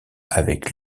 avec